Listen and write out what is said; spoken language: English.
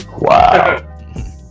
Wow